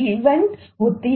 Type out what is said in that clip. है